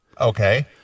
Okay